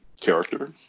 character